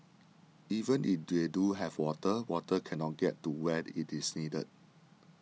even if they do have water water cannot get to where it is needed